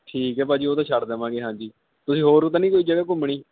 ਠੀਕ ਹੈ ਭਾਅ ਜੀ ਉਹ ਤਾਂ ਛੱਡ ਦੇਵਾਂਗੇ ਹਾਂਜੀ ਤੁਸੀਂ ਹੋਰ ਹੂਰ ਤਾਂ ਨਹੀਂ ਕੋਈ ਜਗ੍ਹਾ ਘੁੰਮਣੀ